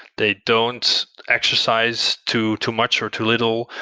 they don't exercise too too much or too little,